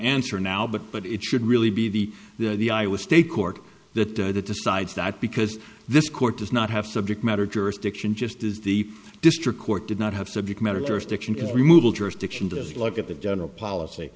answer now but but it should really be the the iowa state court that that decides that because this court does not have subject matter jurisdiction just does the district court did not have subject matter jurisdiction removal jurisdiction to look at the general policy